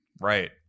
Right